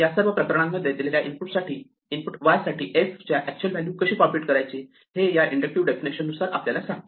या सर्व प्रकरणांमध्ये दिलेल्या इनपुट y साठी f च्या अॅक्च्युअल व्हॅल्यू कशी कॉम्प्युट करायची हे या इंडक्टिव्ह डेफिनेशन आपल्याला सांगते